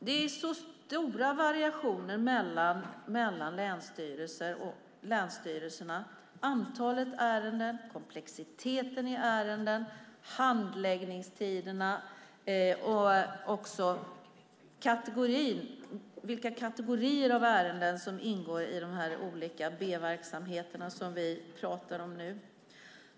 Det är stora variationer mellan länsstyrelserna vad gäller antalet ärenden, komplexiteten i ärendena, handläggningstiderna och också vilka kategorier av ärenden som ingår i de olika B-verksamheter som vi pratar om nu.